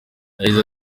yagize